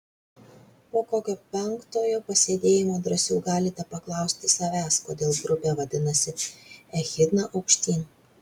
po kokio penktojo pasėdėjimo drąsiau galite paklausti savęs kodėl grupė vadinasi echidna aukštyn